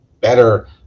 better